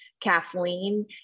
Kathleen